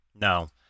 No